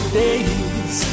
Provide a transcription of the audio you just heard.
days